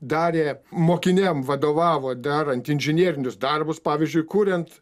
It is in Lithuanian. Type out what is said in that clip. darė mokiniam vadovavo darant inžinerinius darbus pavyzdžiui kuriant